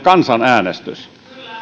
kansanäänestys